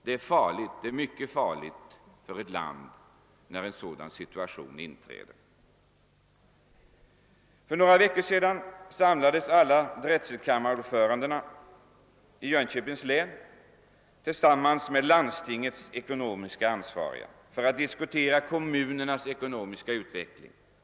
Det är mycket farligt för ett land när en sådan hopplöshet inträder. För några veckor sedan samlades alla drätselkammarordförande i Jönköpings län tillsammans med landstingets ekonomiskt ansvariga för att diskutera kommunernas ekonomiska utveckling.